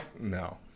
No